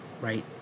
right